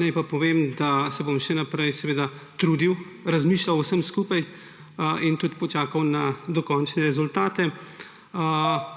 Naj pa povem, da se bom še naprej trudil, razmišljal o vsem skupaj in tudi počakal na dokončne rezultate in